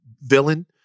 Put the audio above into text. villain